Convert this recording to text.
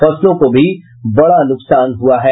फसलों को भी बड़ा नुकसान हुआ है